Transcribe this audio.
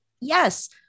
Yes